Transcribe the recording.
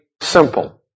simple